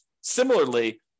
Similarly